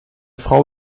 frau